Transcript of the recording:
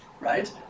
right